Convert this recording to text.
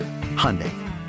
Hyundai